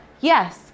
Yes